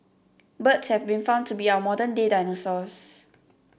birds have been found to be our modern day dinosaurs